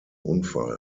unfall